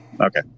okay